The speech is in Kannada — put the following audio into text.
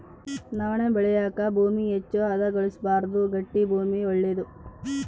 ನವಣೆ ಬೆಳೆಯಾಕ ಭೂಮಿ ಹೆಚ್ಚು ಹದಗೊಳಿಸಬಾರ್ದು ಗಟ್ಟಿ ಭೂಮಿ ಒಳ್ಳೇದು